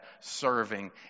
serving